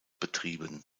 betrieben